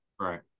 Right